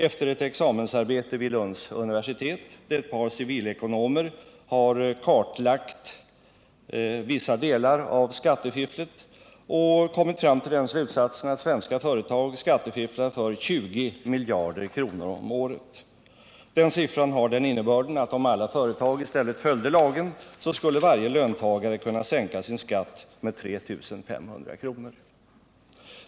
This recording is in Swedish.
Ett par civilekonomer vid Lunds universitet har i ett examensarbete kartlagt vissa delar av skattefifflet och kommit fram till den slutsatsen att svenska företag skattefifflar för 20 miljarder kronor om året. Den siffran har den innebörden att om alla företag i stället följde lagen, skulle varje löntagare kunna sänka sin skatt med 3 500 kr.